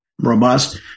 robust